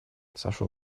сошел